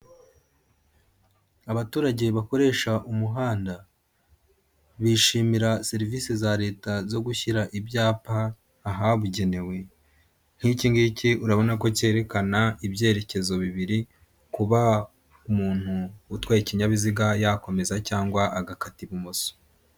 Abaturage bakoresha umuhanda, bishimira serivisi za Leta zo gushyira ibyapa ahabugenewe nk'ikingiki urabona ko cyerekana ibyerekezo bibiri kuba umuntu utwaye ikinyabiziga yakomeza cyangwa agakata ibumoso.